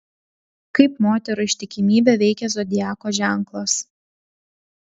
kaip moterų ištikimybę veikia zodiako ženklas